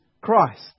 Christ